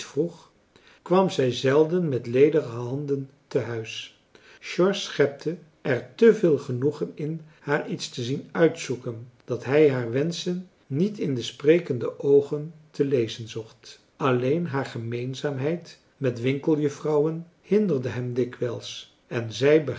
kwam zij zelden met ledige handen te huis george schepte er te veel genoegen in haar iets te zien uitzoeken dat hij haar wenschen niet in de sprekende oogen te lezen zocht alleen haar gemeenzaamheid met winkeljufvrouwen hinderde hem dikwijls en zij